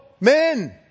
men